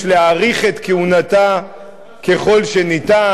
יש להאריך את כהונתה ככל שניתן,